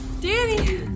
Danny